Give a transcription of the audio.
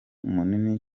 munini